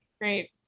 Great